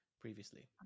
previously